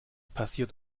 passiert